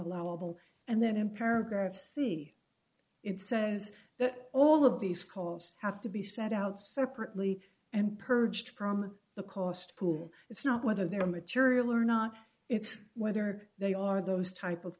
allowable and then in paragraph c it says that all of these calls have to be set out separately and purged from the cost pool it's not whether they're material or not it's whether they are those type of